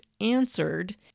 answered